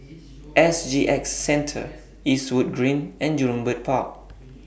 S G X Centre Eastwood Green and Jurong Bird Park